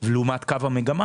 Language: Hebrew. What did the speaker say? לעומת קו המגמה.